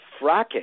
fracking